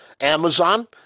Amazon